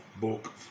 book